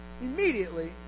Immediately